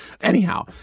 Anyhow